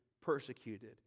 persecuted